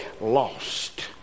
Lost